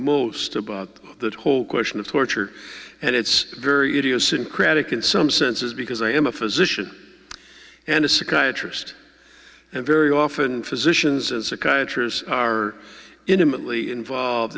most about that whole question of torture and it's very idiosyncratic in some senses because i am a physician and a psychiatrist and very often physicians and psychiatrists are intimately involved